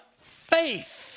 faith